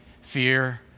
fear